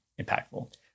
impactful